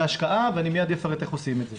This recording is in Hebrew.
זה השקעה ואני מייד אפרט איך עושים את זה.